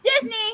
Disney